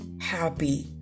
happy